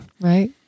right